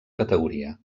categoria